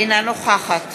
אינה נוכחת